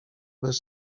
bez